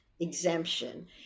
exemption